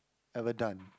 ever done